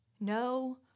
No